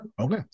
Okay